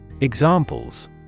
Examples